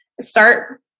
Start